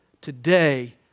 today